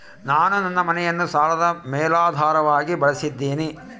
ನಾನು ನನ್ನ ಮನೆಯನ್ನ ಸಾಲದ ಮೇಲಾಧಾರವಾಗಿ ಬಳಸಿದ್ದಿನಿ